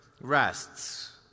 rests